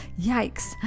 Yikes